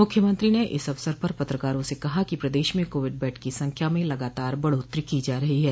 मुख्यमंत्री ने इस अवसर पर पत्रकारों से कहा कि प्रदेश में कोविड बेड की संख्या में लगातार बढ़ोत्तरी की जा रही है